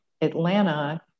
Atlanta